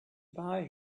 buy